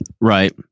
right